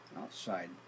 outside